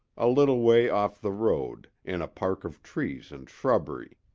a little way off the road, in a park of trees and shrubbery.